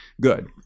Good